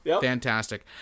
Fantastic